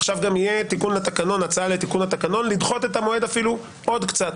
עכשיו גם תהיה הצעה לתיקון התקנון כדי לדחות אפילו את המועד עוד קצת.